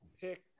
pick